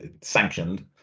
sanctioned